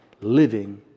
living